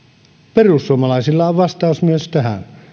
perussuomalaisilla on vastaus myös tähän